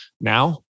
Now